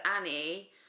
Annie